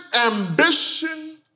ambition